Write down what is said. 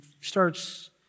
starts